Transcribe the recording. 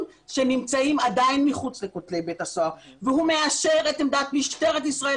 שנמצאים עדיין מחוץ לכותלי בית הסוהר והוא מאשר את עמדת משטרת ישראל